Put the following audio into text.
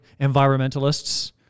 environmentalists